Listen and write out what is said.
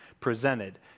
presented